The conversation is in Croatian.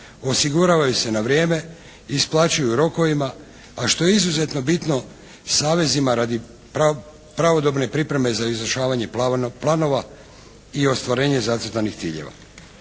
osiguravaju se na vrijeme i isplaćuju u rokovima, a što je izuzetno bitno, savezima radi pravodobne pripreme za izvršavanje planova i ostvarenje zacrtanih ciljeva.